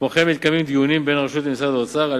כמו כן מתקיימים דיונים בין הרשות למשרד האוצר על